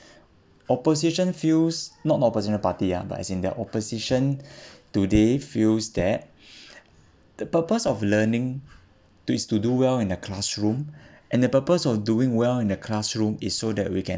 opposition feels not not opposition party ah but as in the opposition today feels that the purpose of learning to is to do well in the classroom and the purpose of doing well in the classroom is so that we can